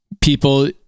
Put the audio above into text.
people